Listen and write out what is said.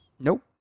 Nope